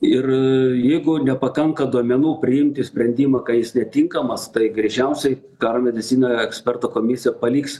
ir jeigu nepakanka duomenų priimti sprendimą ka jis netinkamas tai greičiausiai karo medicina ekspertų komisija paliks